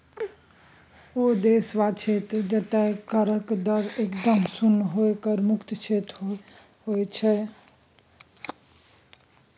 ओ देश वा क्षेत्र जतय करक दर एकदम शुन्य होए कर मुक्त क्षेत्र होइत छै